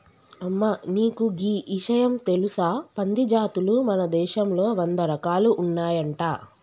అమ్మ నీకు గీ ఇషయం తెలుసా పంది జాతులు మన దేశంలో వంద రకాలు ఉన్నాయంట